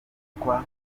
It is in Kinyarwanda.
kuvurwa